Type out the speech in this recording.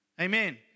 amen